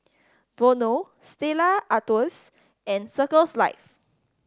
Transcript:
Vono Stella Artois and Circles Life